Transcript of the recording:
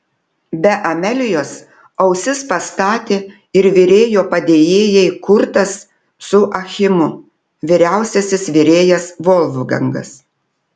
be amelijos ausis pastatė ir virėjo padėjėjai kurtas su achimu vyriausiasis virėjas volfgangas